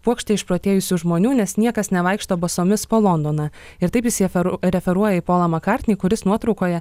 puokšte išprotėjusių žmonių nes niekas nevaikšto basomis po londoną ir taip jis jefe e referuoja į polą makartnį kuris nuotraukoje